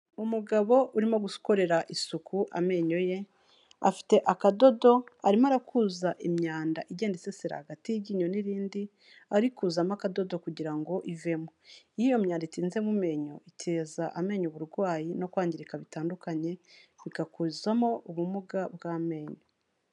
Umugabo urimo gukorera isuku amenyo ye, afite akadodo arimo arakuza imyanda igenda isesera hagati y'iryinyo n'irindi arikuzamo akadodo kugira ngo ivemo, iyo iyo myanda itinze mu menyo iteza amenyo uburwayi no kwangirika bitandukanye bigakuzamo ubumuga bw'amenyo.